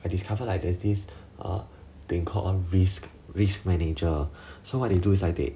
I discovered like there's this thing called on risk risk manager so what they do is like they